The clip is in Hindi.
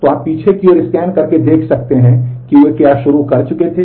तो आप पीछे की ओर स्कैन करके देख सकते हैं कि वे क्या शुरू कर चुके थे